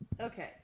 Okay